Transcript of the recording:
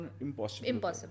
impossible